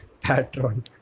patron